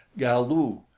galu!